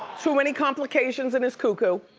so many complications and is coo-coo.